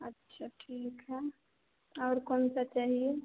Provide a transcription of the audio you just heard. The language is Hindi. अच्छा ठीक है और कौन सा चाहिए